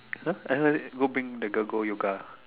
!huh! I suddenly go bring the girl go yoga